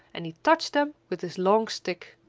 and he touched them with his long stick.